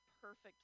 perfect